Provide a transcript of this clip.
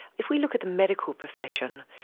if we look at the medical profession,